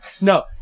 No